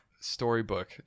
storybook